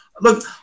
Look